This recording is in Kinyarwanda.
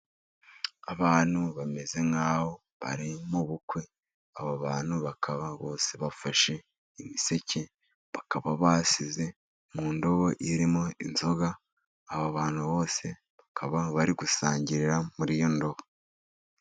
Abantu bameze nk'aho bari mu bukwe, abo bantu bakaba bose bafashe imiseke, bakaba bashyize mu ndobo irimo inzoga, aba bantu bose bakaba bari gusangirira muri iyo ndobo.